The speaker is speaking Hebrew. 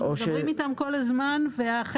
כל הזמן אנחנו מדברים איתם.